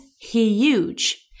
huge